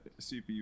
CPU